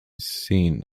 seen